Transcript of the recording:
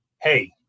hey